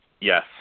Yes